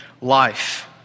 life